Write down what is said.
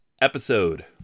episode